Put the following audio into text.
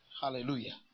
Hallelujah